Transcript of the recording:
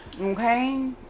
okay